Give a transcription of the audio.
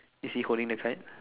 is he holding the thread